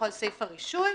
כביכול סעיף הרישוי,